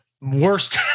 worst